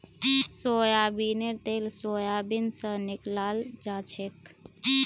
सोयाबीनेर तेल सोयाबीन स निकलाल जाछेक